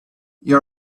you